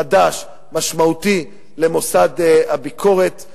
חדש ומשמעותי למוסד הביקורת.